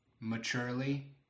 Maturely